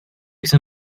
jsem